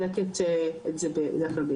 אבל הנה כתבתי סתם,